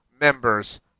members